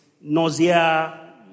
nausea